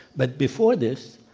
but before this,